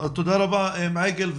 תודה רבה מעיגל.